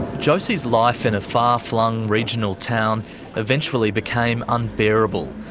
josie's life in a far flung regional town eventually became unbearable.